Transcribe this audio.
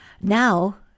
Now